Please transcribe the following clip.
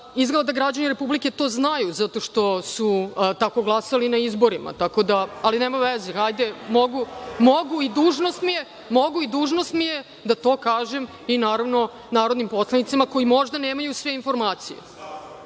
izgleda da građani Republike to znaju, zato što su tako glasali na izborima, ali nema veze, mogu i dužnost mi je da to kažem i naravno narodnim poslanicima koji možda nemaju sve